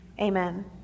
Amen